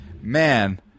man